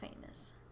famous